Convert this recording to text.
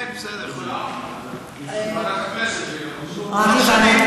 כן, בסדר, ועדת הכנסת, לא משנה,